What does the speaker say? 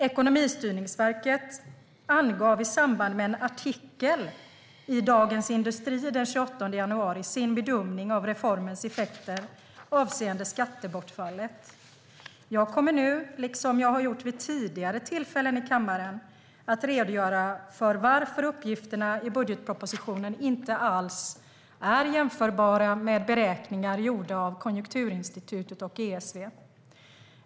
Ekonomistyrningsverket angav i samband med en artikel i Dagens Industri den 28 januari sin bedömning av reformens effekter avseende skattebortfallet. Jag kommer nu, liksom jag har gjort vid tidigare tillfällen i kammaren, att redogöra för varför uppgifterna i budgetpropositionen inte alls är jämförbara med beräkningarna gjorda av Konjunkturinstitutet och ESV.